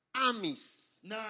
armies